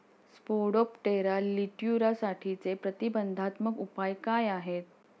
Spodoptera लिट्युरासाठीचे प्रतिबंधात्मक उपाय काय आहेत?